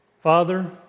Father